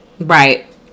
Right